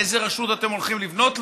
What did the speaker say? איזה רשות אתם הולכים לבנות להם,